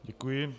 Děkuji.